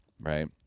Right